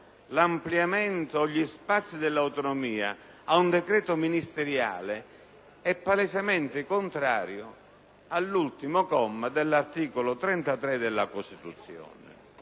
l'ampliamento o gli spazi dell'autonomia ad un decreto ministeriale è palesemente contrario all'ultimo comma dall'articolo 33 della Costituzione.